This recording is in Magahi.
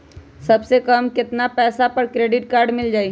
सबसे कम कतना पैसा पर क्रेडिट काड मिल जाई?